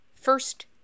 First